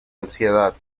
ansiedad